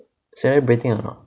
celebrating or not